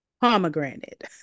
pomegranate